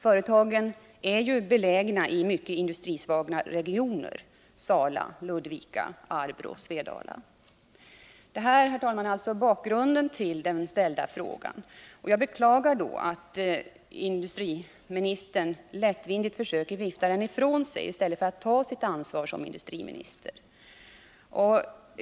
Företagen är ju belägna i mycket industrisvaga regioner: Sala, Ludvika, Arbrå och Svedala. Detta är alltså bakgrunden till den ställda frågan. Jag beklagar att industriministern lättvindigt försöker vifta frågan ifrån sig i stället för att ta sitt ansvar som industriminister.